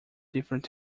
different